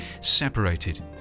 separated